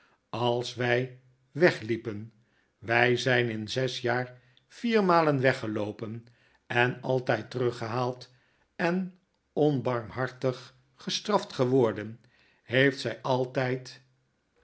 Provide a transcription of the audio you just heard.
als wy wegliepen wy zijn in zes jaar vier malen weggeloopen en altyd teruggehaald en onbarmhartig gestraft geworden heeft zy altijd